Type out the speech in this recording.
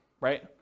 right